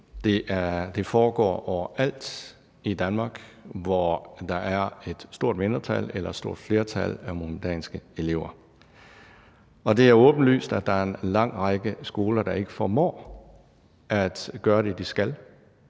Det foregår overalt i Danmark, hvor der er et stort mindretal eller et stort flertal af muhammedanske elever, og det er åbenlyst, at der er en lang række skoler, der ikke formår at gøre det, de skal.